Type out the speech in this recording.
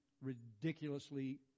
ridiculously